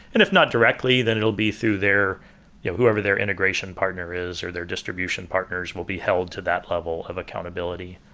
and if not directly, then it'll be through their whoever their integration partner is, or their distribution partners will be held to that level of accountability.